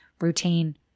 routine